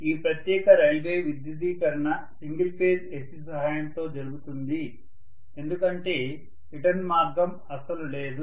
ఈ ప్రత్యేక రైల్వే విద్యుదీకరణ సింగిల్ ఫేజ్ AC సహాయంతో జరుగుతుంది ఎందుకంటే రిటర్న్ మార్గం అస్సలు లేదు